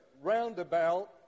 roundabout